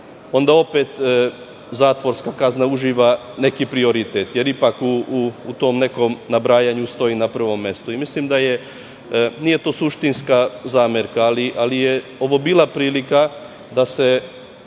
onda opet zatvorska kazna uživa neki prioritet, jer ipak u tom nekom nabrajanju stoji na prvom mestu. Nije to suštinska zamerka, ali je ovo bila prilika da na